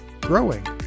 growing